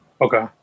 Okay